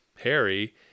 harry